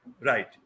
Right